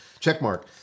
checkmark